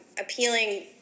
appealing